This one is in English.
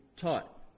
taught